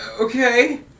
Okay